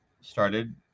started